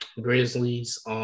Grizzlies